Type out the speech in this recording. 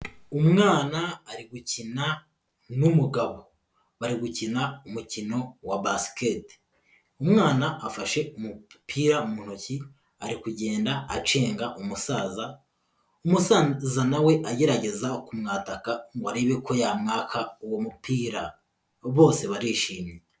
Umwana ari gukina n'umugabo, bari gukina umukino wa basikete, umwana afashe umupira mu ntoki ari kugenda acenga umusaza, umusaza nawe agerageza kumwataka ngo arebe ko yamwaka uwo mupira bose barishimye.